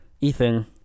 Ethan